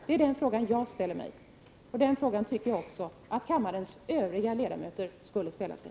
Det är den frågan jag ställer mig, och den frågan tycker jag att kammarens övriga ledamöter också skulle ställa sig.